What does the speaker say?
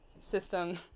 system